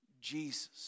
Jesus